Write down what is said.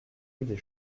des